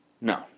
no